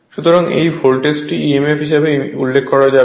সুতরাং এই ভোল্টেজটি emf হিসাবে উল্লেখ করা যাবে